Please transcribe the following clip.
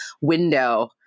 window